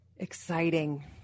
Exciting